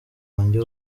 wanjye